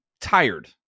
tired